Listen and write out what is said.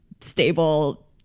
stable